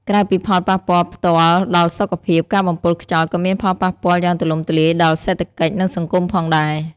ក្រៅពីផលប៉ះពាល់ផ្ទាល់ដល់សុខភាព ការបំពុលខ្យល់ក៏មានផលប៉ះពាល់យ៉ាងទូលំទូលាយដល់សេដ្ឋកិច្ច និងសង្គមផងដែរ។